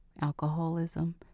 alcoholism